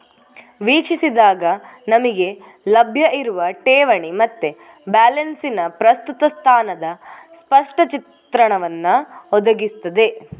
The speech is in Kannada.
ವೀಕ್ಷಿಸಿದಾಗ ನಮಿಗೆ ಲಭ್ಯ ಇರುವ ಠೇವಣಿ ಮತ್ತೆ ಬ್ಯಾಲೆನ್ಸಿನ ಪ್ರಸ್ತುತ ಸ್ಥಾನದ ಸ್ಪಷ್ಟ ಚಿತ್ರಣವನ್ನ ಒದಗಿಸ್ತದೆ